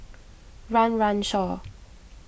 Run Run Shaw